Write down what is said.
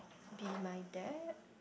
be my dad